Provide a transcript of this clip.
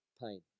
pain